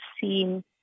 seen